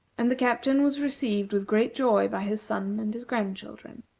and the captain was received with great joy by his son, and his grandchildren.